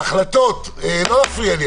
ההחלטות שקיבלו על